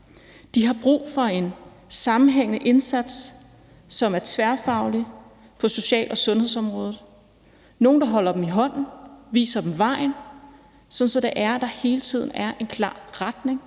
De har brug for en sammenhængende indsats, som er tværfaglig på social- og sundhedsområdet, nogle, der holder dem i hånden, viser dem vejen, sådan at der hele tiden er en klar retning,